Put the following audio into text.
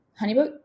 HoneyBook